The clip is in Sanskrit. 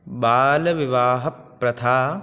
बाल्यविवाहप्रथा